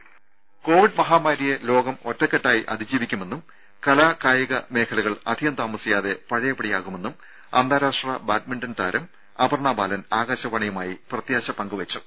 രും കോവിഡ് മഹാമാരിയെ ലോകം ഒറ്റക്കെട്ടായി അതിജീവിക്കുമെന്നും കലാ കായിക മേഖലകൾ അധികം താമസിയാതെ പഴയ പടിയാവുമെന്നും അന്താരാഷ്ട്ര ബാഡ്മിന്റൺ താരം അപർണാ ബാലൻ ആകാശവാണിയുമായി പ്രത്യാശ പങ്കുവെച്ചു